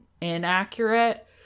inaccurate